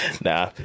Nah